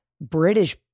British